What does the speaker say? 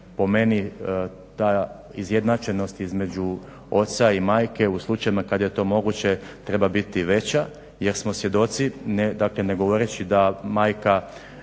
po meni ta izjednačenost između oca i majke u slučajevima kad je to moguće treba biti veća jer smo svjedoci, dakle ne govoreći da majka